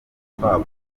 urupapuro